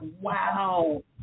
wow